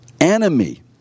enemy